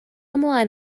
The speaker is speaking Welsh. ymlaen